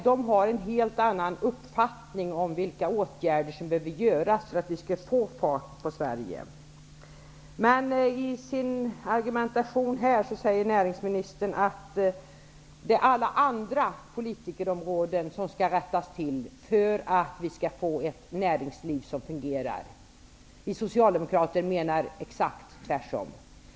Där har man en helt annan uppfattning om vilka åtgärder som behöver vidtas för att vi skall få fart på Sverige. I sin argumentation säger näringsministern att alla andra politikområden skall rättas till för att det skall bli ett fungerande näringsliv. Vi socialdemokrater menar att det är exakt tvärtom.